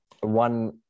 one